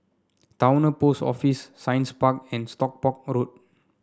Towner Post Office Science Park and Stockport Road